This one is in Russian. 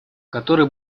которые